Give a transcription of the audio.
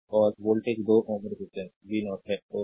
तो और voltage 2Ω resistance v0 है